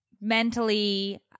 mentally